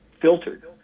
filtered